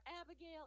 Abigail